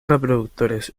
reproductores